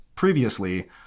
previously